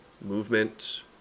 movement